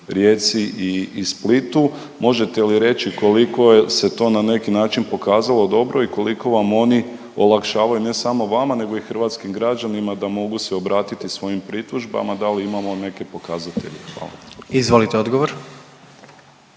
Rijeci i Splitu, možete li reći koliko je se to na neki način pokazalo dobro i koliko vam oni olakšavaju ne samo vama nego i hrvatskim građanima da mogu se obratiti svojim pritužbama, da li imamo neke pokazatelje? Hvala. **Jandroković,